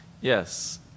yes